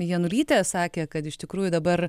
janulytė sakė kad iš tikrųjų dabar